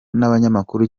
n’abanyamakuru